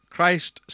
Christ